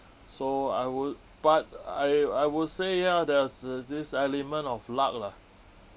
so I would but I I would say ya there's uh this element of luck lah